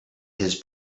his